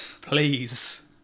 please